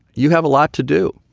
you have a lot to do.